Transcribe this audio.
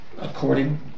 according